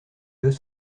deux